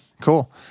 cool